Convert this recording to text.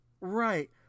Right